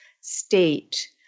state